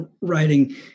writing